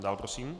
Dále prosím.